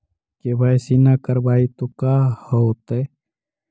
KYC न करवाई तो का हाओतै?